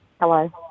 Hello